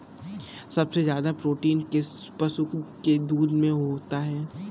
सबसे ज्यादा प्रोटीन किस पशु के दूध में होता है?